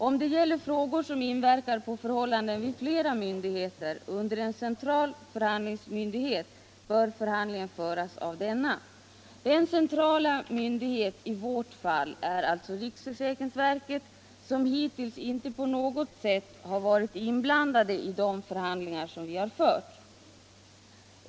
Om det gäller frågor som inverkar på förhållandena vid flera myndigheter under en central förvaltningsmyndighet, bör förhandlingen föras av denna. Den centrala myndigheten i vårt fall är riksförsäkringsverket, som hittills inte på något sätt har varit inblandat i de förhandlingar som vi har fört.